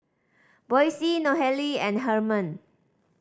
Boysie Nohely and Hernan